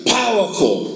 powerful